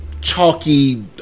chalky